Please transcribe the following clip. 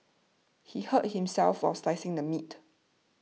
he hurt himself while slicing the meat